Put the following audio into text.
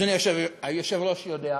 אדוני היושב-ראש יודע,